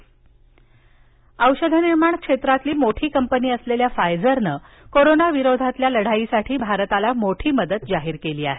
Pfizer औषधनिर्माण क्षेत्रातली मोठी कंपनी असलेल्या फायझरनं कोरोनाविरोधातल्या लढाईसाठी भारताला मोठी मदत जाहीर केली आहे